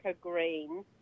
green